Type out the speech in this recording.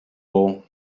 all